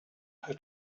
who